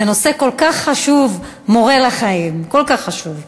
זה נושא כל כך חשוב, מורה לחיים, כל כך חשוב.